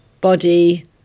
body